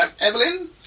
Evelyn